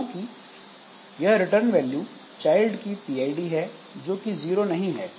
क्योंकि यह return value child की पीआईडी है जो कि जीरो नहीं है